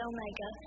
Omega